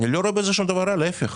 אני לא רואה בזה שום דבר רע, להיפך.